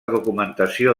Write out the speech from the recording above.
documentació